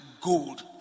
gold